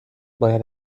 باید